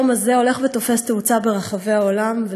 היום הזה הולך ותופס תאוצה ברחבי העולם,